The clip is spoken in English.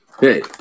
Hey